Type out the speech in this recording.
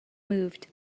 moved